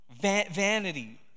vanity